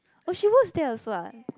oh she works there also ah